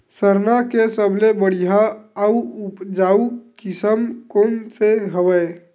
सरना के सबले बढ़िया आऊ उपजाऊ किसम कोन से हवय?